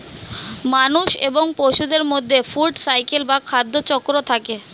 মানুষ এবং পশুদের মধ্যে ফুড সাইকেল বা খাদ্য চক্র থাকে